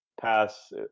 pass